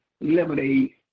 lemonade